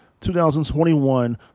2021